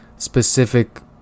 specific